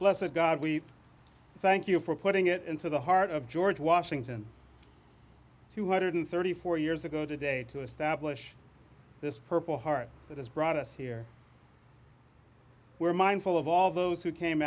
it god we thank you for putting it into the heart of george washington two hundred thirty four years ago today to establish this purple heart that has brought us here we're mindful of all those who came